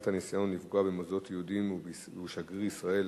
הניסיון לפגוע במוסדות יהודיים ובשגריר ישראל